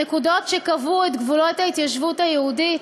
הנקודות שקבעו את גבולות ההתיישבות היהודית,